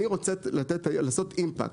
אני רוצה לעשות אימפקט.